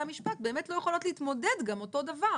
המשפט באמת לא יכולות להתמודד גם אותו דבר